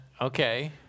Okay